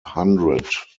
hundred